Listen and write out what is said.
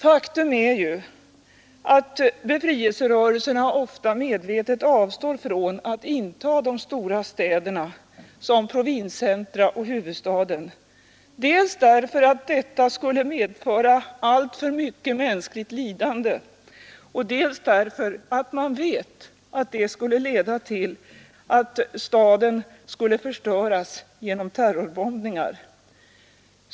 Faktum är ju, att befrielserörelserna ofta medvetet avstår från att inta de stora städerna, såsom provinscentra och huvudstaden dels därför att det skulle medföra alltför mycket mänskligt lidande, dels därför att man vet att det skulle leda till att staden skulle förstöras genom terrorbombningar.